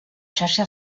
xarxa